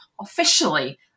officially